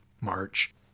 March